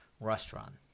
restaurant